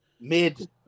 mid